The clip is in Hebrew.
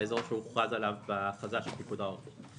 האזור שהוכרז עליו בהכרזה של פיקוד העורף.